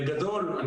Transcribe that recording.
סיכום, דובי.